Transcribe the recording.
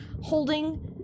holding